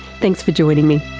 thanks for joining me